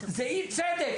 זה אי צדק.